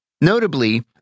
Notably